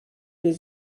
les